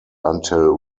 until